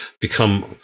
become